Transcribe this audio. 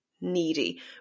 needy